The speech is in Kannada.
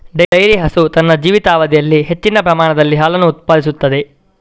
ಡೈರಿ ಹಸು ತನ್ನ ಜೀವಿತಾವಧಿಯಲ್ಲಿ ಹೆಚ್ಚಿನ ಪ್ರಮಾಣದಲ್ಲಿ ಹಾಲನ್ನು ಉತ್ಪಾದಿಸುತ್ತದೆ